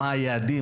מה היעדים,